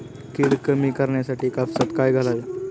कीड कमी करण्यासाठी कापसात काय घालावे?